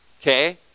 Okay